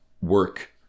work